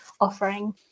offering